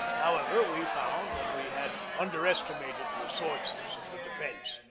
however, we found that we had under estimated the resources of the defence.